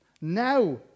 Now